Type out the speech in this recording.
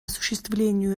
осуществлению